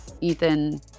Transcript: Ethan